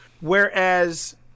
Whereas